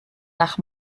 nach